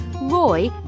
Roy